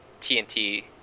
TNT